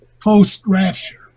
post-rapture